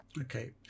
Okay